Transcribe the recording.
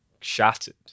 shattered